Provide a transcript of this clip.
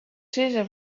sizze